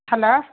hello